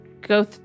go